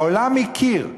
העולם הכיר בכך,